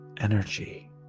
energy